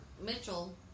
Mitchell